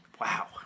Wow